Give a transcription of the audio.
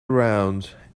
round